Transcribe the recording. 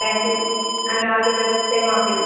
thank you and all the best same of you